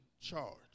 charge